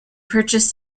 purchased